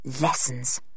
Lessons